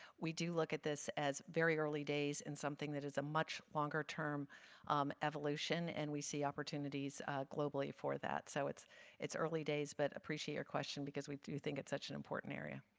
we do look at this as very early days and something that is a much longer term evolution, and we see opportunities globally for that. so it's it's early days, but appreciate your question because we do think it's such an important area.